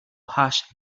hash